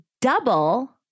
double